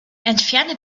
entferne